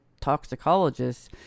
toxicologists